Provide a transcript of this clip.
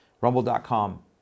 rumble.com